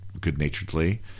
good-naturedly